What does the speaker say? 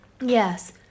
yes